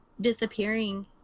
disappearing